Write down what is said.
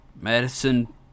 medicine